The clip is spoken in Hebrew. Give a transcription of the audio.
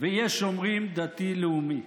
ויש אומרים "דתי לאומי".